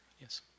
Yes